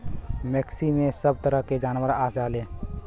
मवेसी में सभ तरह के जानवर आ जायेले